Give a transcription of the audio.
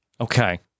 Okay